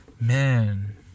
Man